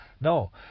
No